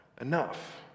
enough